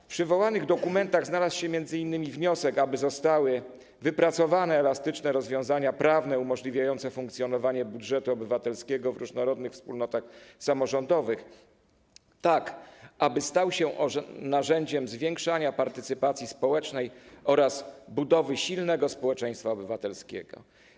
W przywołanych dokumentach znalazł się m.in. wniosek, aby zostały wypracowane elastyczne rozwiązania prawne umożliwiające funkcjonowanie budżetu obywatelskiego w różnorodnych wspólnotach samorządowych, tak aby stał się narzędziem zwiększania partycypacji społecznej oraz budowy silnego społeczeństwa obywatelskiego.